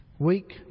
Weak